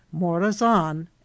Morazan